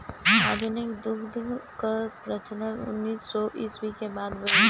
आधुनिक दुग्धशाला कअ प्रचलन उन्नीस सौ ईस्वी के बाद भइल